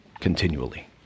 continually